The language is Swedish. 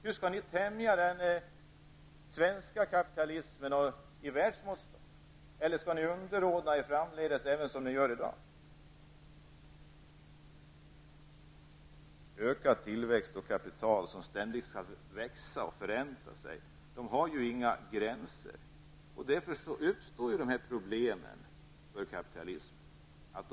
Hur skall ni tämja den svenska kapitalismen? Skall ni även framdeles underordna er som ni gör i dag? Ökad tillväxt och kapital som ständigt skall växa och föränta sig har sina gränser. Därför uppstår dessa problem för kapitalisterna.